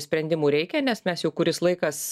sprendimų reikia nes mes jau kuris laikas